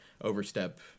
overstep